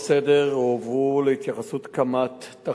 קשה של האחיות זה בכמה מחלקות.